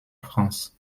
france